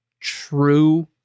true